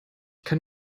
kann